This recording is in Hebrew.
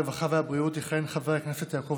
הרווחה והבריאות יכהן חבר הכנסת יעקב